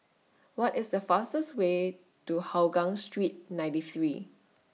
What IS The fastest Way to Hougang Street ninety three